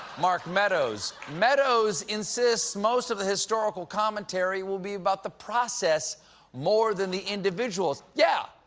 mark meadows. meadows insists, most of the historical commentary will be about the process more than the individuals. yeah,